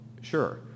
Sure